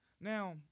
now